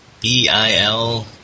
B-I-L